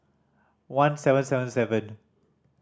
one seven seven seven